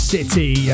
City